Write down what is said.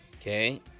Okay